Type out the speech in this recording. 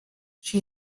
she